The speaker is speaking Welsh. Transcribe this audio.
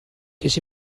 ces